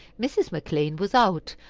mrs. mcclean was out,